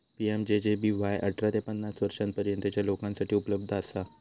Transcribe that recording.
PMJJBY अठरा ते पन्नास वर्षांपर्यंतच्या लोकांसाठी उपलब्ध असा